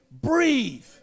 Breathe